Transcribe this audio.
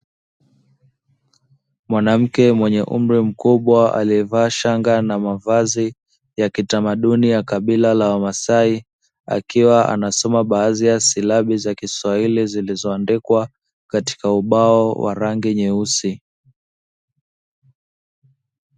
Mwanamke mwenye umri mkubwa akiwa amevaa shanga, anaonekana kutoka katika jamii ya wamaasai akiwa anasoma baadhi ya silabi zilizoandikwa katika ubao wenye rangi nyeusi.